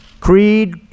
creed